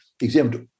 exempt